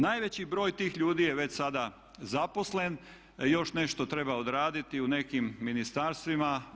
Najveći broj tih ljudi je već sada zaposlen, još nešto treba odraditi u nekim ministarstvima.